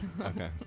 okay